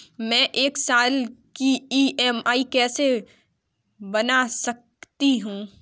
मैं एक साल की ई.एम.आई कैसे बना सकती हूँ?